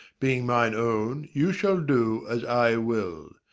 being mine own, you shall do as i will,